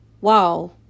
wow